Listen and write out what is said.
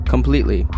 Completely